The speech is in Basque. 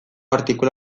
artikulu